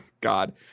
God